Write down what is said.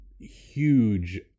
huge